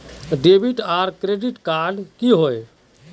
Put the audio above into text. Debit आर credit card की होय?